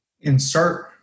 insert